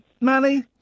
Manny